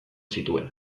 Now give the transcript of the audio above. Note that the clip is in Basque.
zituen